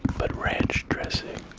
but ranch dressing.